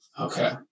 Okay